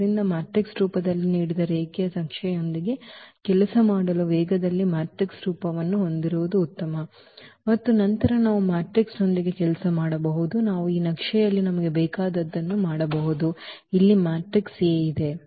ಆದ್ದರಿಂದ ಮ್ಯಾಟ್ರಿಕ್ಸ್ ರೂಪದಲ್ಲಿ ನೀಡದ ರೇಖೀಯ ನಕ್ಷೆಯೊಂದಿಗೆ ಕೆಲಸ ಮಾಡುವ ವೇಗದಲ್ಲಿ ಮ್ಯಾಟ್ರಿಕ್ಸ್ ರೂಪವನ್ನು ಹೊಂದಿರುವುದು ಉತ್ತಮ ಮತ್ತು ನಂತರ ನಾವು ಮ್ಯಾಟ್ರಿಕ್ಸ್ನೊಂದಿಗೆ ಕೆಲಸ ಮಾಡಬಹುದು ನಾವು ಈ ನಕ್ಷೆಯಲ್ಲಿ ನಮಗೆ ಬೇಕಾದುದನ್ನು ಮಾಡಬಹುದು ಇಲ್ಲಿ ಮ್ಯಾಟ್ರಿಕ್ಸ್ A